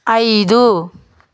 ఐదు